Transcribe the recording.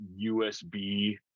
USB